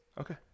Okay